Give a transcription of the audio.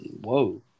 whoa